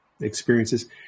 experiences